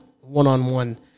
one-on-one